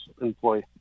employee